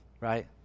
right